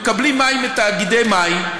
מקבלים מים מתאגידי מים,